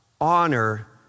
Honor